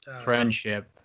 Friendship